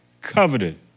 coveted